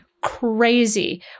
crazy